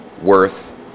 worth